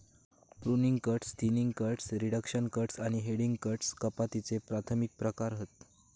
pruning cuts, thinning cuts, reduction cuts आणि heading cuts कपातीचे प्राथमिक प्रकार हत